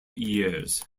years